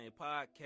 podcast